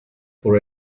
for